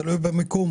תלוי במיקום.